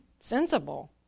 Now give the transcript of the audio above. sensible